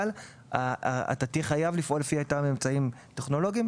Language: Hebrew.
אבל תהיה חייב לפעול לפי אותם אמצעים טכנולוגיים,